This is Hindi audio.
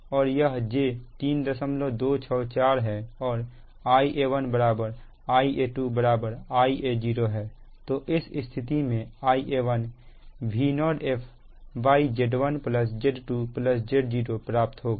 और Ia1 Ia2 Ia0 है तो इस स्थिति में Ia1 Vf0 Z1Z2Z0 प्राप्त होगा